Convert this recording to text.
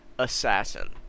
assassin